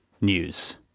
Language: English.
news